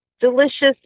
delicious